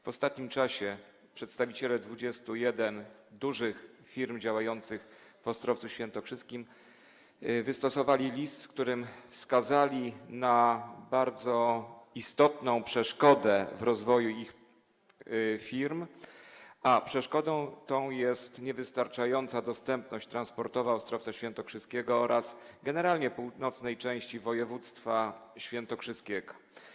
W ostatnim czasie przedstawiciele 21 dużych firm działających w Ostrowcu Świętokrzyskim wystosowali list, w którym wskazali na bardzo istotną przeszkodę w rozwoju ich firm, a tą przeszkodą jest niewystarczająca dostępność transportowa Ostrowca Świętokrzyskiego oraz generalnie północnej części województwa świętokrzyskiego.